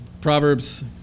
proverbs